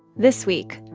this week,